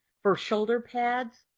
for shoulder pads,